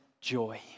joy